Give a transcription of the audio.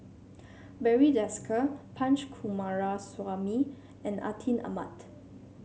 Barry Desker Punch Coomaraswamy and Atin Amat